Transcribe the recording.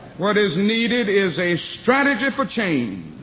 what is needed is a strategy for change,